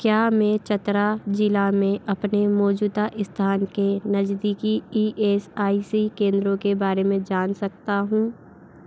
क्या मैं चतरा ज़िला में अपने मौजूदा स्थान के नज़दीकी ई एस आई सी केंद्रों के बारे में जान सकता हूँ